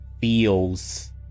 feels